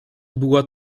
była